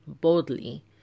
boldly